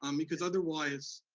um because otherwise